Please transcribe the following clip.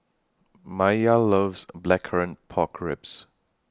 Maia loves Blackcurrant Pork Ribs